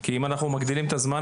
שהם לא בדיוק,